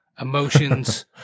emotions